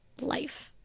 life